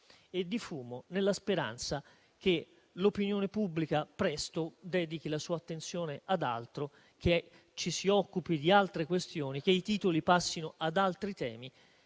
e di fumo nella speranza che l'opinione pubblica presto dedichi la sua attenzione ad altro, che ci si occupi di altre questioni, che i titoli passino ad altri temi